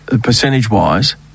percentage-wise